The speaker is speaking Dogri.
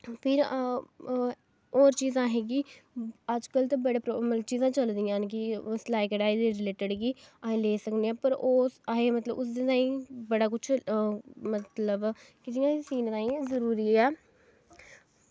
फिर होर चीज़ां असेंगी अजकल ते बड़ी चीज़ां चल पेइयां कि सिलाई कढ़ाई दे रिलेटड कि अस नेईं सीन्ने पर अस ओह् मतलब कि बड़ा किश मतलब की जियां सीनै ताईं जरूरी ऐ